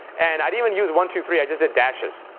and i didn't even use one, two, three i just did dashes.